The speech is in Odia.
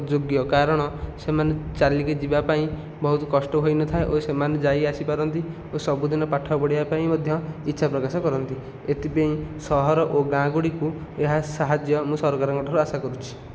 ଯୋଗ୍ୟ କାରଣ ସେମାନେ ଚାଲିକି ଯିବା ପାଇଁ ବହୁତ କଷ୍ଟ ହୋଇନଥାଏ ଓ ସେମାନେ ଯାଇ ଆସିପାରନ୍ତି ଓ ସବୁଦିନ ପାଠ ପଢ଼ିବା ପାଇଁ ମଧ୍ୟ ଇଚ୍ଛା ପ୍ରକାଶ କରନ୍ତି ଏଥିପାଇଁ ସହର ଓ ଗାଁ ଗୁଡ଼ିକୁ ଏହା ସାହାଯ୍ୟ ମୁଁ ସରକାରଙ୍କଠୁ ଆଶା କରୁଛି